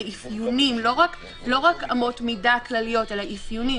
אפיונים לא רק אמות מידה כלליות אלא אפיונים